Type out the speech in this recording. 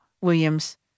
Williams